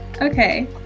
okay